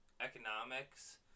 economics